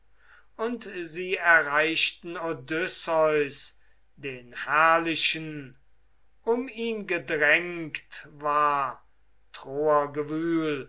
und sie erreichten odysseus den herrlichen um ihn gedrängt war